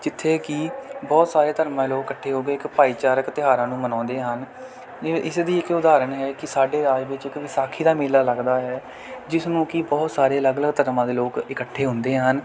ਜਿੱਥੇ ਕਿ ਬਹੁਤ ਸਾਰੇ ਧਰਮਾਂ ਦੇ ਲੋਕ ਇਕੱਠੇ ਹੋ ਕੇ ਇੱਕ ਭਾਈਚਾਰਕ ਤਿਉਹਾਰਾਂ ਨੂੰ ਮਨਾਉਂਦੇ ਹਨ ਜਿਵੇਂ ਇਸ ਦੀ ਇੱਕ ਉਦਾਹਰਨ ਹੈ ਕਿ ਸਾਡੇ ਰਾਜ ਵਿੱਚ ਇੱਕ ਵਿਸਾਖੀ ਦਾ ਮੇਲਾ ਲੱਗਦਾ ਹੈ ਜਿਸ ਨੂੰ ਕਿ ਬਹੁਤ ਸਾਰੇ ਅਲੱਗ ਅਲੱਗ ਧਰਮਾਂ ਦੇ ਲੋਕ ਇਕੱਠੇ ਹੁੰਦੇ ਹਨ